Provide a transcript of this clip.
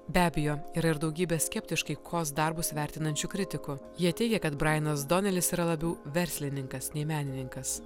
be abejo yra ir daugybė skeptiškai kaws darbus vertinančių kritikų jie teigia kad brainas donelis yra labiau verslininkas nei menininkas